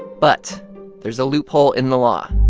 but there's a loophole in the law.